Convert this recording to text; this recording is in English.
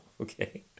okay